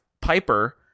Piper